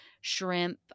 shrimp